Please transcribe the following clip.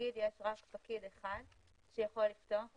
למשל יש רק פקיד אחד שיכול לפתוח אותו,